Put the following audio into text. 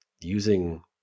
using